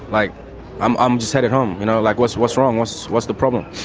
like i'm i'm just headed home. you know like, what's what's wrong? what's what's the problem?